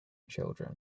children